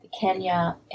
Kenya